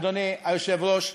אדוני היושב-ראש,